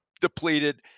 depleted